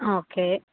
okay